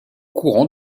courant